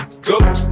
go